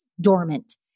dormant